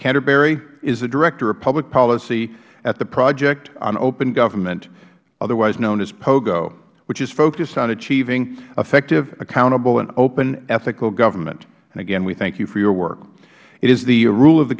canterbury is director of public policy at the project on open government otherwise known as pogo which is focused on achieving effective accountable and open ethical government again we thank you for your work it is the rule of the